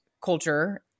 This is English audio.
culture